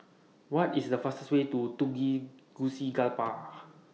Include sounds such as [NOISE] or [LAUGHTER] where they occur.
What IS The fastest Way to [UNINTELLIGIBLE]